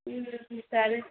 ம் ம் சரி